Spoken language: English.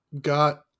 got